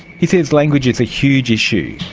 he says language is a huge issue,